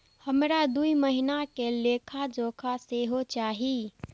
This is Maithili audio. हमरा दूय महीना के लेखा जोखा सेहो चाही